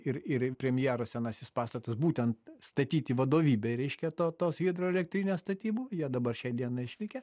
ir ir premjero senasis pastatas būtent statyti vadovybei reiškia to tos hidroelektrinės statybų jie dabar šiai dienai išlikę